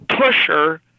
pusher